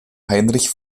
heinrich